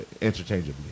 interchangeably